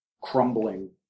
crumbling